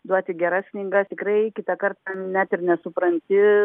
duoti geras knygas tikrai kitą kartą net ir nesupranti